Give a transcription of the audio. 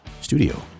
studio